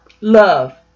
love